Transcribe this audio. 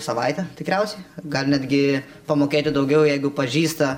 savaitę tikriausiai gali netgi pamokėti daugiau jeigu pažįsta